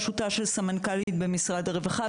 בראשותה של סמנכ"לית במשרד הרווחה,